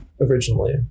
originally